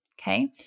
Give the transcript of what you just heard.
Okay